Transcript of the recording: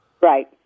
Right